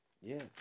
Yes